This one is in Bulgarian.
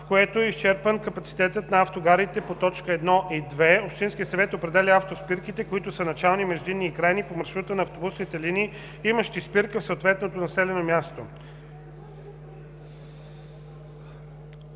в което е изчерпан капацитетът на автогарите по т. 1 и 2, общинският съвет определя автоспирките, които са начални, междинни и крайни по маршрута на автобусните линии, имащи спирка в съответното населено място.”